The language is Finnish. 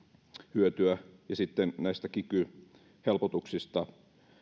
hyötyä ja sitten näistä kiky helpotuksista